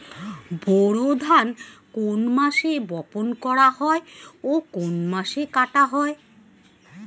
বোরো ধান কোন মাসে বপন করা হয় ও কোন মাসে কাটা হয়?